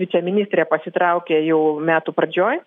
viceministrė pasitraukė jau metų pradžioj